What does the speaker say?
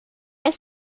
dns